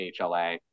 HLA